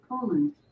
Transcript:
Poland